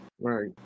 Right